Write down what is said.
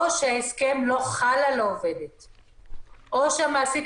או שההסכם לא חל על העובדת; או שהמעסיק